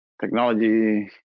Technology